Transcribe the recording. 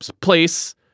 place